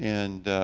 and